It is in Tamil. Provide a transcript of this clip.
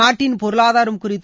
நாட்டின் பொருளாதாரம் குறித்து